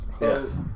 Yes